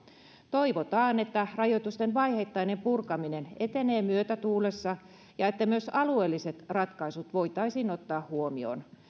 toivotaan että rajoitusten vaiheittainen purkaminen etenee myötätuulessa ja että myös alueelliset ratkaisut voitaisiin ottaa huomioon